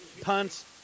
punts